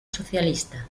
socialista